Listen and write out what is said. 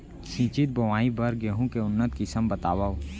सिंचित बोआई बर गेहूँ के उन्नत किसिम बतावव?